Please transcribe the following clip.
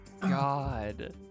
God